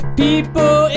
people